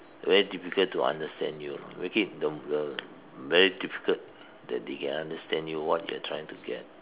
very difficult to understand you know make it the the very difficult that they can understand you what you are trying to get